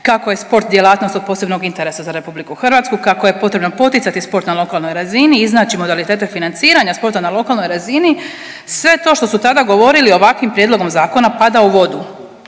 kako je sport djelatnost od posebnog interesa za RH, kako je potrebno poticati sport na lokalnoj razini, iznaći modalitete financiranja sporta na lokalnoj razini, sve to što su tada govorili ovakvim prijedlogom zakona pada u vodu.